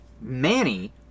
Manny